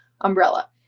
umbrella